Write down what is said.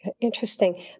Interesting